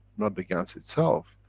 not the gans itself,